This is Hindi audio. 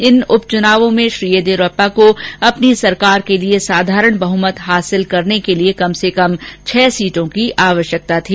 इन उपचुनावों में श्री येदियुरप्पा को अपनी सरकार के लिए साधारण बहुमत हासिल करने के लिए कम से कम छह सीटों की जरूरत थी